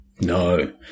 No